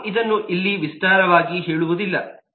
ನಾವು ಇದನ್ನು ಇಲ್ಲಿ ವಿಸ್ತಾರವಾಗಿ ಹೇಳುವುದಿಲ್ಲ